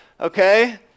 okay